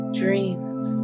dreams